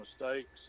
mistakes